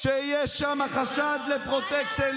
שיש בהן חשד לפרוטקשן,